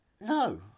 No